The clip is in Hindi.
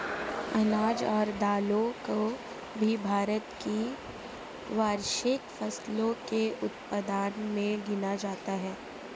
अनाज और दालों को भी भारत की वार्षिक फसलों के उत्पादन मे गिना जाता है